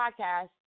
podcast